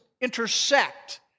intersect